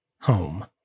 home